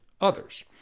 others